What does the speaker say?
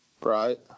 Right